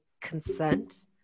consent